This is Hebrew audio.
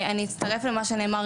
אני אצטרף למה שנאמר,